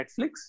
Netflix